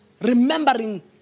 remembering